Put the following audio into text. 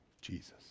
Jesus